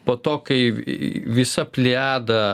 po to kai visa plejada